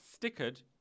stickered